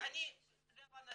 אני לא אבדוק.